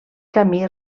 camí